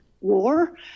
war